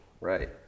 Right